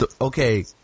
Okay